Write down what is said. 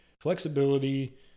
flexibility